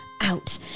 out